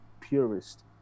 purist